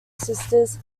sisters